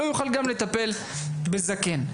יוכל לטפל בזקן.